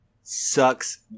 sucks